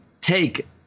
take